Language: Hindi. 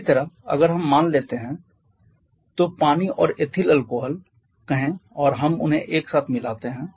इसी तरह अगर हम मान लेते हैं तो पानी और एथिल अल्कोहल कहें और हम उन्हें एक साथ मिलाते हैं